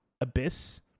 Abyss